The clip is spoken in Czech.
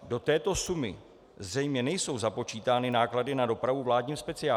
Do této sumy zřejmě nejsou započítány náklady na dopravu vládním speciálem.